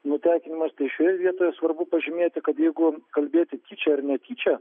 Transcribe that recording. nutekinimas šioje vietoje svarbu pažymėti kad jeigu kalbėti tyčia ar netyčia